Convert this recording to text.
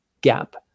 gap